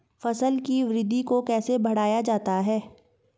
फसल की वृद्धि को कैसे बढ़ाया जाता हैं?